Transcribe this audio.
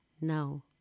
No